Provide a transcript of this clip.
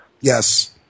Yes